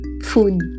food